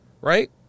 Right